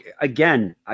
Again